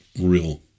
real